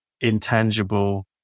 intangible